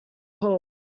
hole